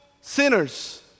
sinners